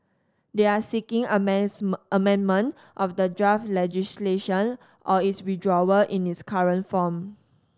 they are seeking amendment of the draft legislation or its withdrawal in its current form